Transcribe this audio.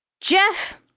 Jeff